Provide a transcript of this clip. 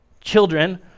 Children